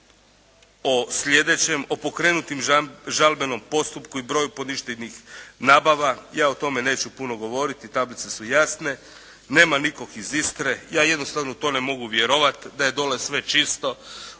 o sljedećem, o pokrenutom žalbenom postupku i broju poništenih nabava. Ja o tome neću puno govoriti tablice su jasne. Nema nikog iz Istre. Ja jednostavno to ne mogu vjerovati da je dolje sve čisto.